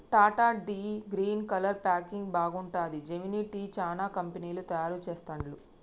Tata tea green colour packing బాగుంటది, Gemini tea, చానా కంపెనీలు తయారు చెస్తాండ్లు